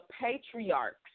patriarchs